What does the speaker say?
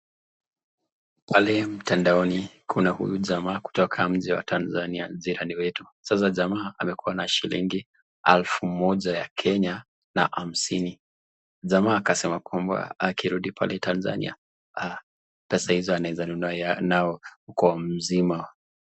Pale mtamdaoni, kuna huyu jamaa kutoka mji wa Tanzania, jirani wetu. Sasa jamaa amekua na shilingi elfu moja ya Kenya na hamsini. Jamaa akasema kwamba akirudi pale Tanzania, ata saizo anaeza nunua nayo kwao mzima.